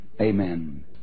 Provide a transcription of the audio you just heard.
Amen